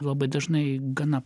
labai dažnai gana